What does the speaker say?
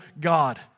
God